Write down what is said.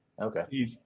Okay